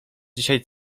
dzisiaj